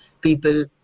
People